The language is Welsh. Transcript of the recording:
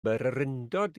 bererindod